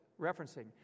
referencing